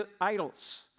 idols